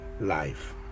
life